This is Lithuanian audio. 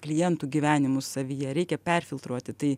klientų gyvenimus savyje reikia perfiltruoti tai